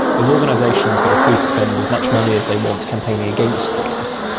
of organisations that are free to spend as much money as they want campaigning against things,